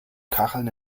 kacheln